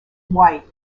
white